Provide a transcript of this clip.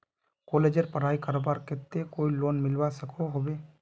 कॉलेजेर पढ़ाई करवार केते कोई लोन मिलवा सकोहो होबे?